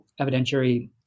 evidentiary